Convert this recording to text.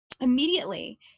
immediately